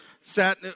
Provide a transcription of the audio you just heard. sat